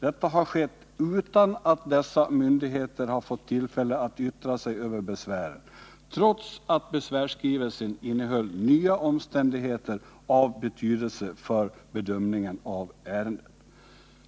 Detta har skett utan att dessa myndigheter har fått tillfälle att yttra sig över besvären, trots att besvärsskrivelsen innehöll nya omständigheter av betydelse för bedömningen av ärendet.